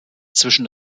zwischen